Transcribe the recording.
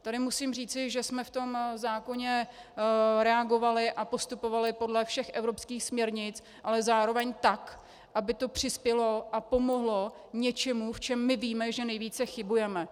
Tady musím říci, že jsme v tom zákoně reagovali a postupovali podle všech evropských směrnic, ale zároveň tak, aby to přispělo a pomohlo k něčemu, v čem víme, že nejvíce chybujeme.